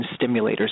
stimulators